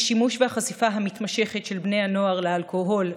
השימוש והחשיפה המתמשכת של בני הנוער לאלכוהול,